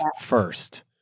first